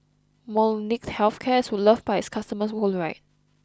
Molnylcke health cares who loved by its customers worldwide